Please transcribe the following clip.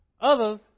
others